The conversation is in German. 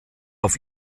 auf